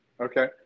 Okay